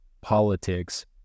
politics